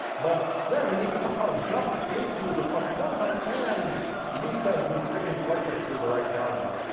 but then we need to somehow jump into the trusted runtime and reset these segment selectors to the right values,